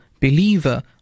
believer